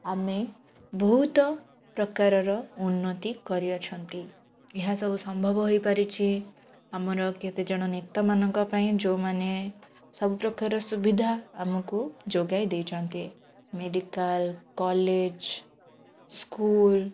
ଆମେ ବହୁତ ପ୍ରକାରର ଉନ୍ନତି କରିଅଛନ୍ତି ଏହା ସବୁ ସମ୍ଭବ ହୋଇପାରିଛି ଆମର କେତେଜଣ ନେତାମାନଙ୍କ ପାଇଁ ଯେଉଁମାନେ ସବୁ ପ୍ରକାରର ସୁବିଧା ଆମକୁ ଯୋଗାଇ ଦେଇଛନ୍ତି ମେଡ଼ିକାଲ୍ କଲେଜ୍ ସ୍କୁଲ୍